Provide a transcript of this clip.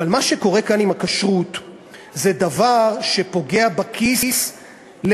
אבל מה שקורה כאן עם הכשרות זה דבר שפוגע בכיס של